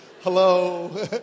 Hello